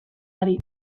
ari